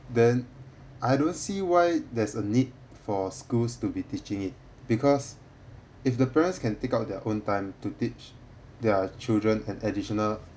then I don't see why there's a need for schools to be teaching it because if the parents can take out their own time to teach their children an additional